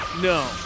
no